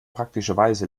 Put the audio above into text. praktischerweise